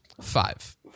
Five